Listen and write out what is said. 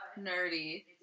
nerdy